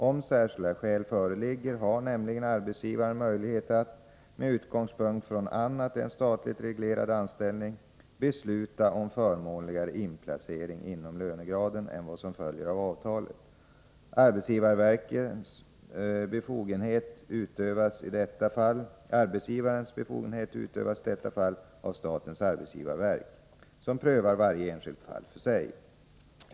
Om särskilda skäl föreligger har nämligen arbetsgivaren möjlighet att —- med utgångspunkt från annat än statligt reglerad anställning — besluta om förmånligare inplacering inom lönegraden än vad som följer av avtalet. Arbetsgivarens befogenhet utövas i detta fall av statens arbetsgivarverk, SAV, som prövar varje enskilt fall för sig.